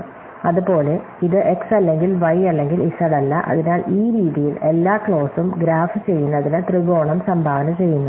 അതുപോലെ ഇത് x അല്ലെങ്കിൽ y അല്ലെങ്കിൽ z അല്ല അതിനാൽ ഈ രീതിയിൽ എല്ലാ ക്ലോസും ഗ്രാഫ് ചെയ്യുന്നതിന് ത്രികോണം സംഭാവന ചെയ്യുന്നു